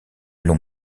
long